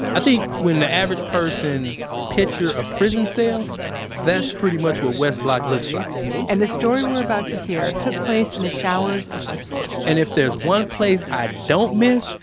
i think when the average person picture a prison cell that's pretty much what west block looks like and the story we're about to hear took place in the showers of west block and if there's one place i don't miss,